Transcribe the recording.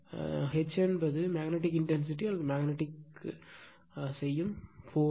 இது H H என்பது magnetic intensity அல்லது மேக்னட்டிக் ஆக்கும் போர்ஸ்